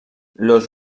los